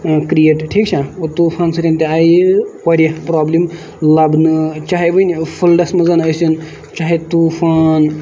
create ٹھیٖک چھا طوٗفان سۭتۍ تہِ آیہِ واریاہ پروبلم لَبنہٕ چاہے وۄنۍ فٔلڈَس منٛز ٲسِنۍ چاہے طوٗفان